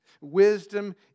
Wisdom